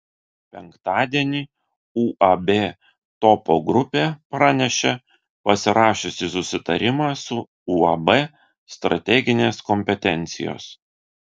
penktadienį uab topo grupė pranešė pasirašiusi susitarimą su uab strateginės kompetencijos